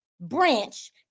branch